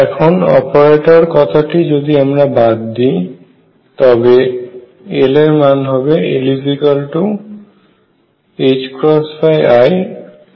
এখন অপারেটর কথাটি কে আমি যদি বাদ দিয়ে দি তবে Li